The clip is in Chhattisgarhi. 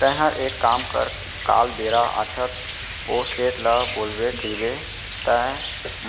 तैंहर एक काम कर काल बेरा आछत ओ सेठ ल बोलबे कइबे त